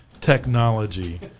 technology